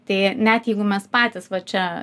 tai net jeigu mes patys va čia